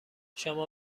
شما